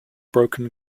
broken